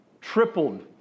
tripled